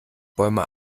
bäume